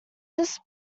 just